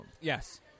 Yes